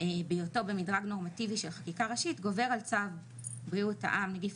בהיותו במדרג נורמטיבי של חקיקה ראשית גובר על צו בריאות העם (נגיף